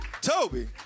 Toby